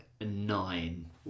nine